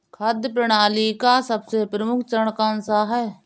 खाद्य प्रणाली का सबसे प्रमुख चरण कौन सा है?